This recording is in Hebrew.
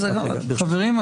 חברים,